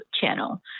channel